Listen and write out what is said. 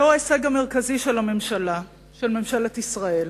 זהו ההישג המרכזי של הממשלה, של ממשלת ישראל.